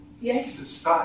Yes